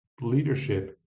leadership